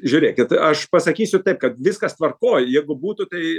žiūrėkit aš pasakysiu taip kad viskas tvarkoj jeigu būtų tai